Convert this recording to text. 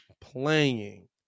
playing